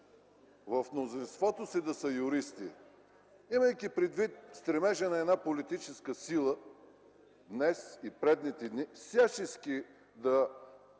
„в мнозинството си да са юристи”? Имайки предвид стремежа на една политическа сила днес и предишните дни всячески да